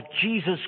Jesus